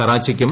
കറാച്ചിക്കും